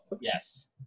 Yes